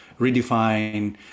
redefine